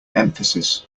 emphasis